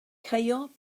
caio